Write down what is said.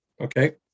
Okay